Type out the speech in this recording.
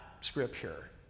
Scripture